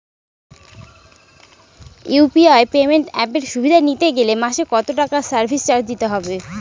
UPI payment অ্যাপের সুবিধা নিতে গেলে মাসে কত টাকা সার্ভিস চার্জ দিতে হবে?